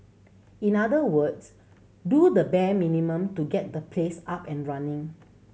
in other words do the bare minimum to get the place up and running